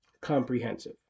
comprehensive